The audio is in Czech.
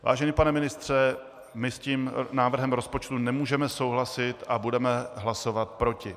Vážený pane ministře, my s návrhem rozpočtu nemůžeme souhlasit a budeme hlasovat proti.